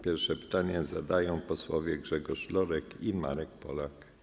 Pierwsze pytanie zadają posłowie Grzegorz Lorek i Marek Polak.